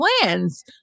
plans